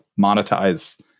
monetize